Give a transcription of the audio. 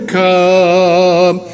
come